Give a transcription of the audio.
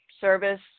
service